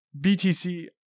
BTC